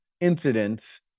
incidents